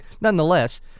nonetheless